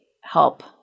help